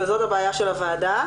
וזאת הבעיה של הוועדה,